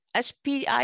SPI